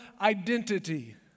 identity